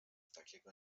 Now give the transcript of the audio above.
takiego